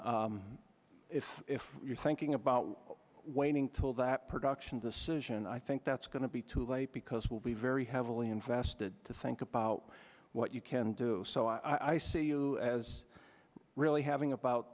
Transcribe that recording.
so if if you're thinking about waiting till that production decision i think that's going to be too late because we'll be very heavily invested to think about what you can do so i see you as really having about